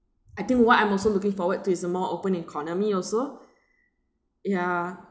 I think what I'm also looking forward to is a more open economy also ya